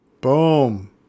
Boom